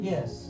Yes